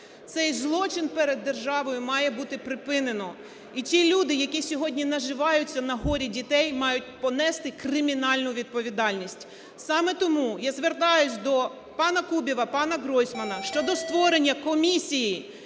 Цей злочин перед державою має бути припинено, і ті люди, які сьогодні наживаються на горі дітей, мають понести кримінальну відповідальність. Саме тому я звертаюсь до пана Кубіва, пана Гройсмана щодо створення комісії,